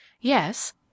Yes